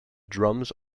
drums